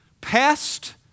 past